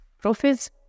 profits